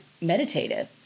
meditative